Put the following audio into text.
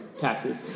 taxes